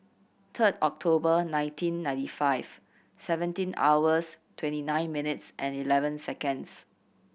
third October nineteen ninety five seventeen hours twenty nine minutes and eleven seconds